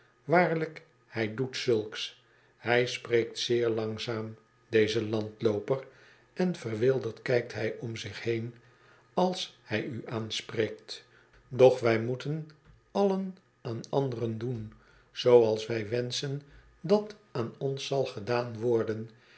waarlijk hij doet zulks hij spreekt zeer langzaam deze landlooper en verwilderd kijkt hij om zich heen als hij u aanspreekt doch wij moeten allen aan anderen doen zooals wij wenschen dat aan ons zal gedaan worden